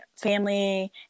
family